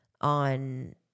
on